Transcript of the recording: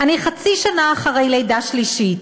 אני חצי שנה אחרי לידה שלישית.